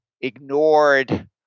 ignored